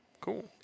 Cool